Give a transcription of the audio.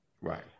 Right